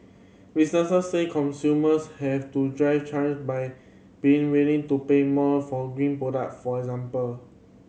businesses say consumers have to drive change by being willing to pay more for green product for example